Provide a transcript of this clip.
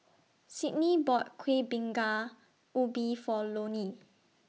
Sydnie bought Kuih Bingka Ubi For Lonie